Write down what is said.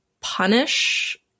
punish